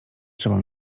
trzeba